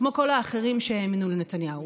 כמו כל האחרים שהאמינו לנתניהו.